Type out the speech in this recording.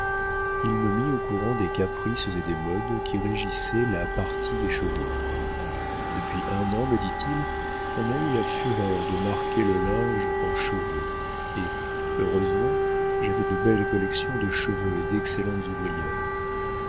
il me mit au courant des caprices et des modes qui régissaient la partie des cheveux depuis un an me dit-il on a eu la fureur de marquer le linge en cheveux et heureusement j'avais de belles collections de cheveux et d'excellentes ouvrières